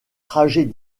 trajet